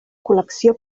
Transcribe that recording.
col·lecció